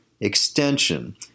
extension